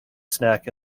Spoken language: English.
snack